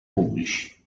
pubblici